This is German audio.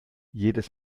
jedes